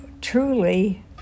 truly